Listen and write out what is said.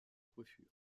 coiffure